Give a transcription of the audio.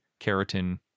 keratin